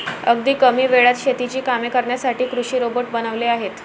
अगदी कमी वेळात शेतीची कामे करण्यासाठी कृषी रोबोट बनवले आहेत